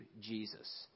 Jesus